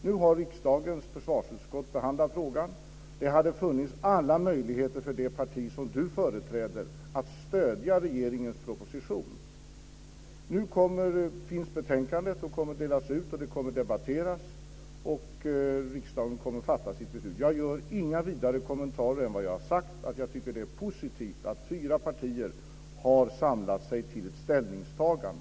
Nu har riksdagens försvarsutskott behandlat frågan. Det hade, som sagt, funnits alla möjligheter för det parti som Tuve Skånberg företräder att stödja regeringens proposition. Nu finns betänkandet. Det kommer att delas ut och debatteras och sedan kommer riksdagen att fatta sitt beslut. Jag gör inga kommentarer utöver vad jag sagt. Jag tycker alltså att det är positivt att fyra partier har samlat sig till ett ställningstagande.